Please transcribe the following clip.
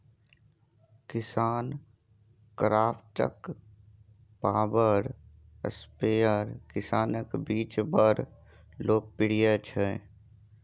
KisanKraft power sprayer किसानक बीच बड़ लोकप्रिय छै